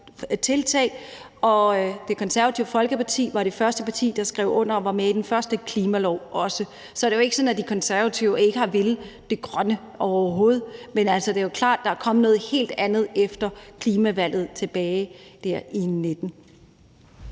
tiltag. Det Konservative Folkeparti var det første parti, der skrev under på og var med i den første klimalov. Så det er jo ikke sådan, at De Konservative ikke har villet det grønne overhovedet, men det er klart, at der er kommet noget helt andet efter klimavalget tilbage i 2019.